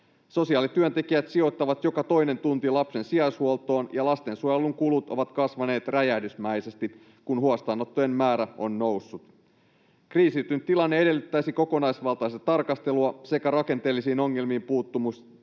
Sosiaalityöntekijät sijoittavat joka toinen tunti lapsen sijaishuoltoon, ja lastensuojelun kulut ovat kasvaneet räjähdysmäisesti, kun huostaanottojen määrä on noussut. Kriisiytynyt tilanne edellyttäisi kokonaisvaltaista tarkastelua sekä rakenteellisiin ongelmiin puuttumisen